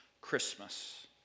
Christmas